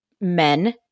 men